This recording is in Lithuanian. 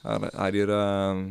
ar ar yra